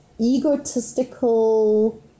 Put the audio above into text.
egotistical